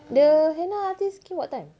the henna artist came what time